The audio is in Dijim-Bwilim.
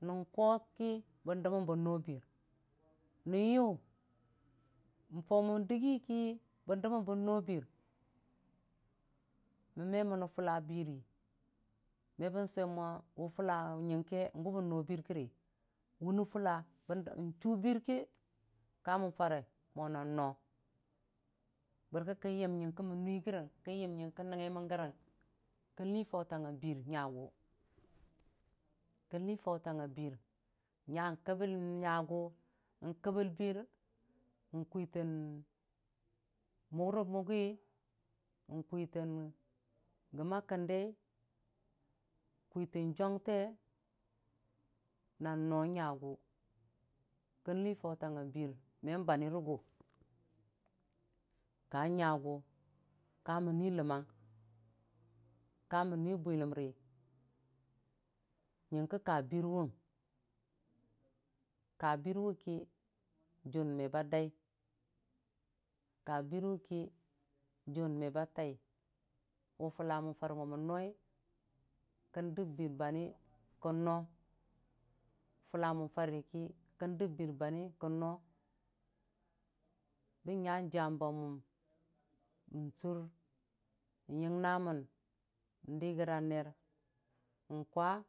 Nən koki bən dəmmən bənnobir nən yʊʊfau mən dəgiki bən dəmmən bən nobir mon meni fulla birə me bən suwe mo we fullawe nyinke gu bon nobir gari wune fulla dən n'chʊ birki kamon fare mo nan no barki kən yəm ying kə mon nui gəri kon yəm ying nəngnga mon gəri kon lii faitangnga bir nya gʊ kən lii fautangnga bir nya kəbəl nya gʊ n'bəbəl bir n'kwitən mungro munggi, n'kwitən kwamma kəndai, kwitən jwangte nan no nyagə kən lii gautanga bir men banrəgu ka nyagu kamən nui ləmmang, ka mon nui bwiləmri yingkə ka bir wung kabir wʊngki jʊn meba dai kabir wʊki jʊn mebatai wʊ fulla mən fau mo mənnoi kəndəmbir banyi kən no fulla mənfariki kə kən dəm bir ba nyi kikən no bən nyajəmba mʊm n'sʊr n'yingna mən n'dəgəra neer n'kwa.